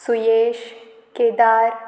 Suyesh Kedar